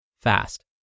fast